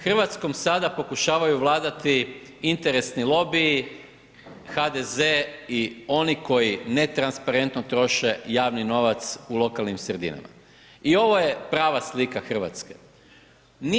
Hrvatskom sada pokušavaju vladati interesni lobiji, HDZ i oni koji netransparentno troše javni novac u lokalnim sredinama i ovo je prava slika Hrvatske.